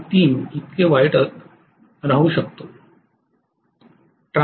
3 इतके वाईट असू शकतो